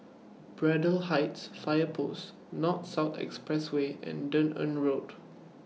Braddell Heights Fire Post North South Expressway and Dunearn Road